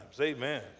Amen